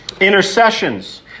Intercessions